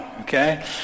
okay